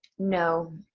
no.